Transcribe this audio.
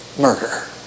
murder